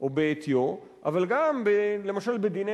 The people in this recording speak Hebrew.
או בעטיו, אבל גם, למשל, בדיני